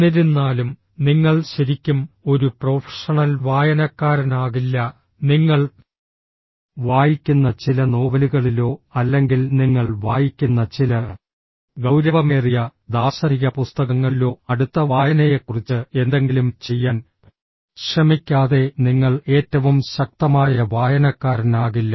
എന്നിരുന്നാലും നിങ്ങൾ ശരിക്കും ഒരു പ്രൊഫഷണൽ വായനക്കാരനാകില്ല നിങ്ങൾ വായിക്കുന്ന ചില നോവലുകളിലോ അല്ലെങ്കിൽ നിങ്ങൾ വായിക്കുന്ന ചില ഗൌരവമേറിയ ദാർശനിക പുസ്തകങ്ങളിലോ അടുത്ത വായനയെക്കുറിച്ച് എന്തെങ്കിലും ചെയ്യാൻ ശ്രമിക്കാതെ നിങ്ങൾ ഏറ്റവും ശക്തമായ വായനക്കാരനാകില്ല